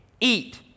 eat